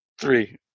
Three